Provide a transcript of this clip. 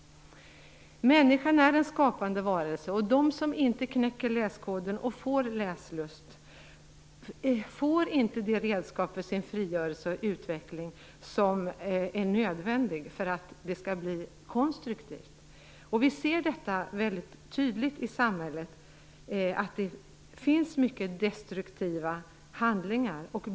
Människan är en skapande varelse. De som inte knäcker läskoden och får läslust får inte det redskap till sin frigörelse och utveckling som är nödvändigt för att det skall bli konstruktivt. Vi ser väldigt tydligt att det i samhället sker mycket destruktiva handlingar.